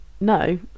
no